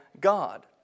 God